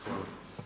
Hvala.